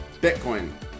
bitcoin